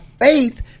faith